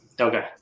Okay